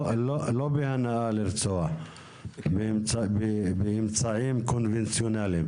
לא בהנאה לרצוח באמצעים קונבנציונליים.